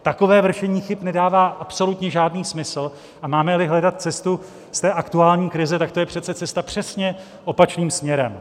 Takové vršení chyb nedává absolutně žádný smysl, a mámeli hledat cestu z té aktuální krize, tak to je přece cesta přesně opačným směrem.